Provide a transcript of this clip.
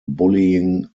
bullying